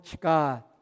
God